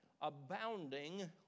Abounding